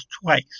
twice